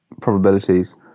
probabilities